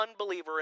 unbeliever